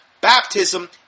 baptism